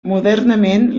modernament